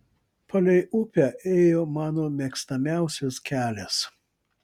palei upę ėjo mano mėgstamiausias kelias